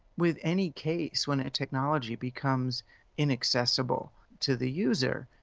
with any case when a technology becomes inaccessible to the user,